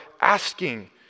asking